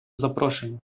запрошення